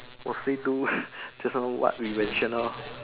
mostly do just now what we mention loh